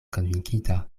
konvinkita